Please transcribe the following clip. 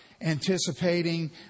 anticipating